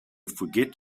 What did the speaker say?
forget